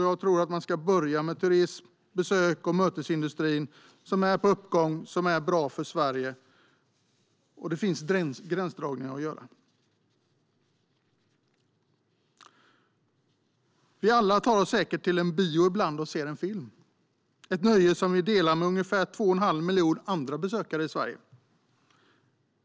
Jag tycker att man ska börja med turism, besöks och mötesindustrin, som är på uppgång och som är bra för Sverige. Men det finns gränsdragningar att göra. Vi tar oss alla säkert till en bio ibland och ser en film. Det är ett nöje som vi delar med ungefär 2 1⁄2 miljon andra besökare i Sverige.